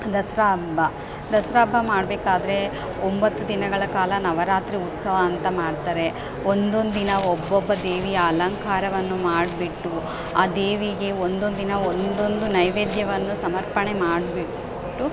ದಸರಾ ಹಬ್ಬ ದಸ್ರಾ ಹಬ್ಬ ಮಾಡಬೇಕಾದ್ರೆ ಒಂಬತ್ತು ದಿನಗಳ ಕಾಲ ನವರಾತ್ರಿ ಉತ್ಸವ ಅಂತ ಮಾಡ್ತಾರೆ ಒಂದೊಂದು ದಿನ ಒಬ್ಬೊಬ್ಬ ದೇವಿಯ ಅಲಂಕಾರವನ್ನು ಮಾಡಿಬಿಟ್ಟು ಆ ದೇವಿಗೆ ಒಂದೊಂದು ದಿನ ಒಂದೊಂದು ನೈವೇದ್ಯವನ್ನು ಸಮರ್ಪಣೆ ಮಾಡಿಬಿಟ್ಟು